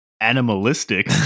animalistic